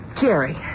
Jerry